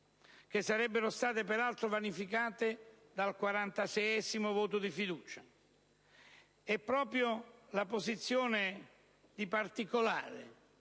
che sarebbero state peraltro vanificate dal quarantaseiesimo voto di fiducia. E proprio la posizione di particolare,